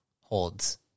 holds